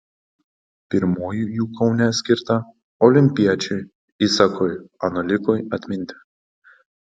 pirmoji jų kaune skirta olimpiečiui isakui anolikui atminti